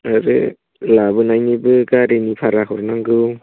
आरो लाबोनायनिबो गारिनि भारा हरनांगौ